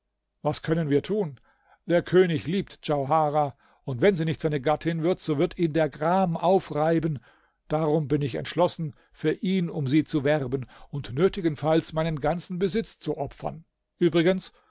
was können wir tun der könig liebt djauharah und wenn sie nicht seine gattin wird so wird ihn der gram aufreiben darum bin ich entschlossen für ihn um sie zu werben und nötigenfalls meinen ganzen besitz zu opfern übrigens